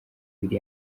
ibiri